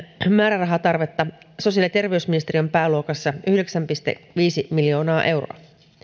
määrärahatarvetta sosiaali ja terveysministeriön pääluokassa yhdeksän pilkku viisi miljoonaa euroa